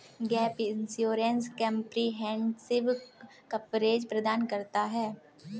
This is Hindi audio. गैप इंश्योरेंस कंप्रिहेंसिव कवरेज प्रदान करता है